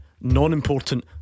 Non-important